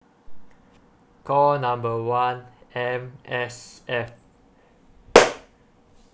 call number one M_S_F